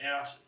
out